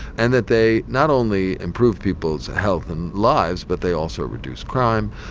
and that they not only improve people's health and lives, but they also reduce crime,